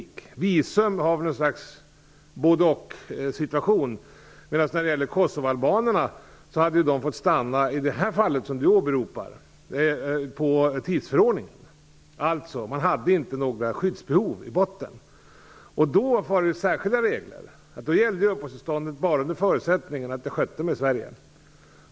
När det gäller visum har vi ett slags både-och-situation. I det fall som Pohanka åberopar hade man fått stanna med hänvisning till tidsförordningen, dvs. utan att i botten ha några skyddsbehov. För detta har vi särskilda regler. Uppehållstillståndet gäller bara under förutsättning att man sköter sig i Sverige.